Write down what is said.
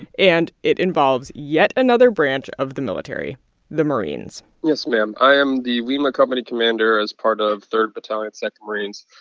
and it involves yet another branch of the military the marines yes, ma'am. i am the lima company commander as part of third battalion second marines,